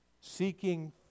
Seeking